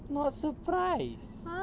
not surprised